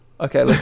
Okay